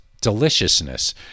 deliciousness